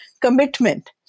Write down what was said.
commitment